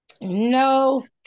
No